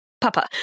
Papa